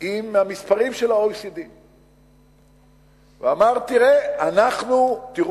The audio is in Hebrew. עם המספרים של ה-OECD ואמר: תראו,